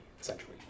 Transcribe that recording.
essentially